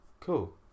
cool